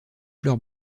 fleurs